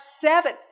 seven